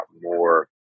more